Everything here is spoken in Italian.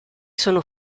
sono